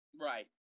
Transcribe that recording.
Right